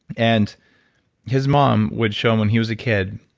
and his mom would show him when he was a kid